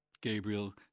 Gabriel